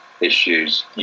issues